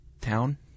town